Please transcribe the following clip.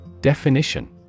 Definition